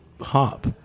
hop